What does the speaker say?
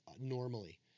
normally